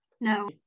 no